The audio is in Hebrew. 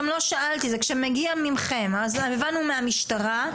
הבנו מהמשטרה,